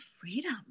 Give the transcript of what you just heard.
freedom